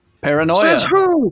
paranoia